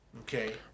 okay